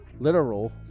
Literal